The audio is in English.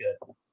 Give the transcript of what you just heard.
good